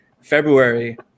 february